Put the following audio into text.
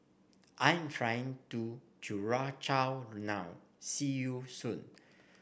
I'm flying to Curacao now see you soon